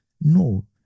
no